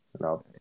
no